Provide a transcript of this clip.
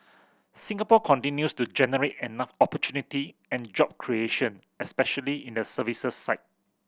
Singapore continues to generate enough opportunity and job creation especially in the services side